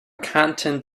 content